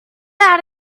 out